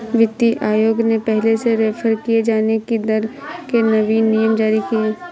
वित्तीय आयोग ने पहले से रेफेर किये जाने की दर के नवीन नियम जारी किए